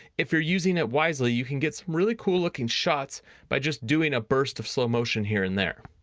if you're using it wisely, you can get some really cool looking shots by just doing a burst of slow motion here and there.